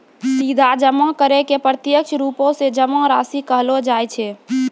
सीधा जमा करै के प्रत्यक्ष रुपो से जमा राशि कहलो जाय छै